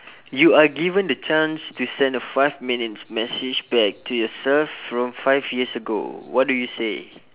you are given the chance to send a five minutes message back to yourself from five years ago what do you say